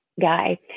guy